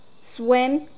Swim